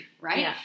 right